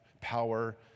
power